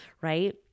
right